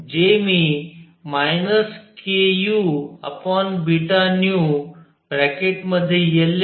जे मी kuβνln⁡ 1असे लिहू शकतो